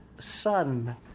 Son